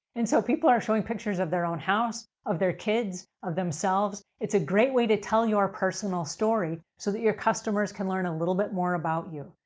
and so, people are showing pictures of their own house, of their kids, of themselves. it's a great way to tell your personal story so that your customers can learn a little bit more about you.